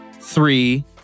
three